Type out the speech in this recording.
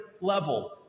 level